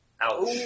Ouch